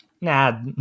Nah